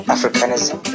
Africanism